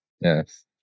Yes